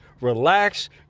relax